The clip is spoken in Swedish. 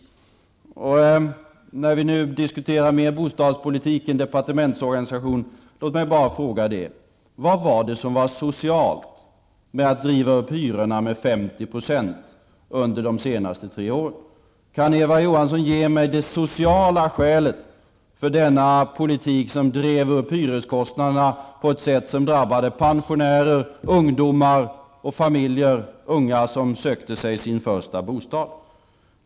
Låt mig bara fråga, när vi nu diskuterar bostadspolitik mer än departementsorganisation, vad som var socialt med att driva upp hyrorna med 50 % under de senaste tre åren. Kan Eva Johansson ge mig det sociala skälet för denna politik som drev upp hyreskostnaderna på ett sätt som drabbade pensionärer, ungdomar och unga familjer som sökte sin första bostad?